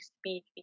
speak